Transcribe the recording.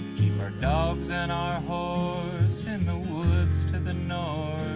keep our dogs and our horse so in the woods to the north